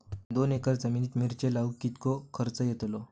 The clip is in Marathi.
दोन एकर जमिनीत मिरचे लाऊक कितको खर्च यातलो?